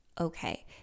okay